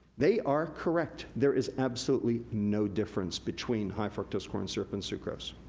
they are correct, there is absolutely no difference between high fructose corn syrup and sucrose.